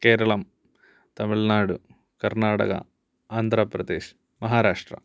केरलम् तमिल्नाडु कर्नाटका आन्ध्रप्रदेशः महाराष्ट्रः